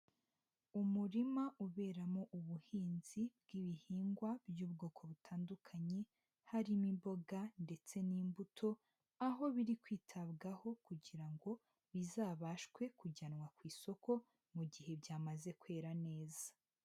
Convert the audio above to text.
Umurima uberamo ubuhinzi bw'ibihingwa by'ubwoko butandukanye, harimo imboga ndetse n'imbuto aho biri kwitabwaho kugira ngo bizabashwe kujyanwa ku isoko mu gihe byamaze kwera neza.